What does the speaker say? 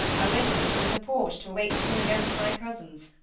i went and stood in the porch to await the coming out of my cousins.